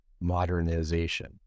modernization